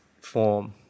form